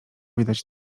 widać